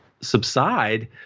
subside